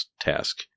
task